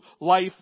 life